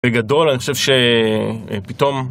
בגדול אני חושב ש... פתאום.